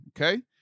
Okay